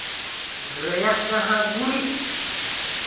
ᱜᱟᱹᱭᱟᱜ ᱡᱟᱦᱟᱸ ᱜᱩᱨᱤᱡᱽ